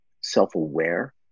self-aware